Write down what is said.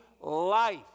life